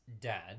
dad